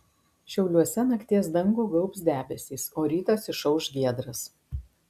šiauliuose nakties dangų gaubs debesys o rytas išauš giedras